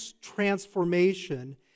transformation